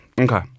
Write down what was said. Okay